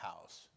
house